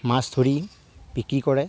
মাছ ধৰি বিক্ৰী কৰে